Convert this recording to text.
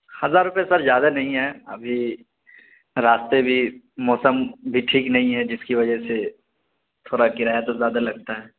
ہزار روپئے سر زیادہ نہیں ہیں ابھی راستے بھی موسم بھی ٹھیک نہیں ہے جس کی وجہ سے تھوڑا کرایہ تو زیادہ لگتا ہے